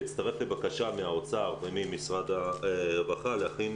אני מצטרף לבקשה מהאוצר וממשרד הרווחה להכין